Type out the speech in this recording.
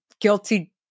guilty